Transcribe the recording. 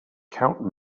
count